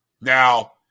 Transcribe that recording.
Now